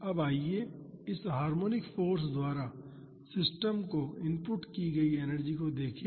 अब आइए इस हार्मोनिक फाॅर्स द्वारा सिस्टम को इनपुट की गई एनर्जी को देखें